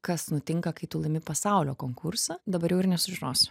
kas nutinka kai tu laimi pasaulio konkursą dabar jau ir nesužinosiu